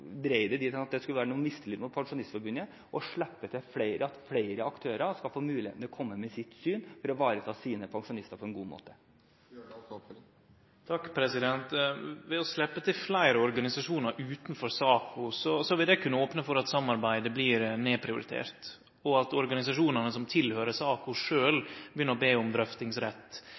at det skulle være noen mistillit til Pensjonistforbundet å slippe til flere, slik at flere aktører skal få muligheten til å komme med sitt syn for å ivareta sine pensjonister på en god måte. Ved å sleppe til fleire organisasjonar utanfor SAKO, vil det kunne opne for at samarbeidet blir nedprioritert, og at organisasjonane som høyrer til SAKO, sjølve begynner å be om drøftingsrett.